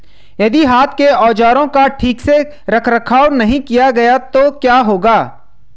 यदि हाथ के औजारों का ठीक से रखरखाव नहीं किया गया तो क्या होगा?